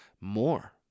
more